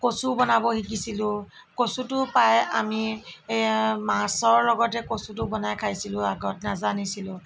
কচু বনাব শিকিছিলোঁ কচুটো প্ৰায় আমি মাছৰ লগতে কচুটো বনাই খাইছিলোঁ আগত নেজানিছিলোঁ